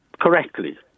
correctly